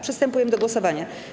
Przystępujemy do głosowania.